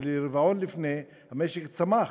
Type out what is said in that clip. ברבעון לפני כן המשק צמח,